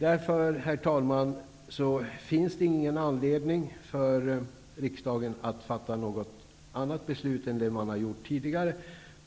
Därför, herr talman, finns det ingen anledning för riksdagen att fatta något annat beslut än den har gjort tidigare,